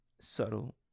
subtle